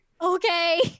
Okay